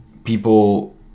people